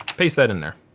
paste that in there.